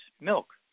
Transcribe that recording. milk